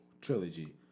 trilogy